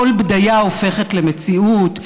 כל בדיה הופכת למציאות.